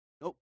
Nope